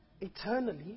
eternally